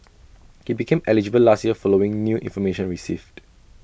he became eligible last year following new information received